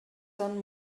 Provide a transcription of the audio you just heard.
són